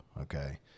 okay